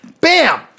Bam